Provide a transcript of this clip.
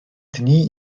dni